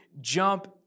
jump